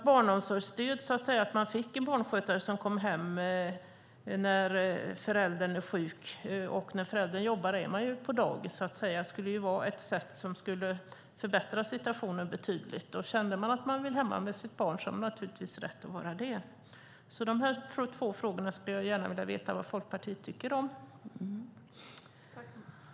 Barnomsorgsstöd i form av en barnskötare som kommer hem när barnet är sjukt - när föräldern jobbar är barnet på dagis - skulle förbättra situationen betydligt. Om man vill vara hemma med sitt barn ska man naturligtvis ha rätt att göra så. Jag skulle gärna vilja veta vad Folkpartiet tycker om dessa två frågor.